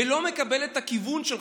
ולא מקבל את הכיוון שלך,